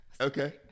Okay